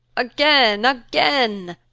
again! again!